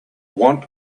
want